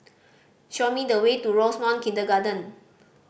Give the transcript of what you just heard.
show me the way to Rosemount Kindergarten